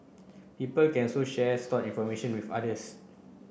people can so share stored information with others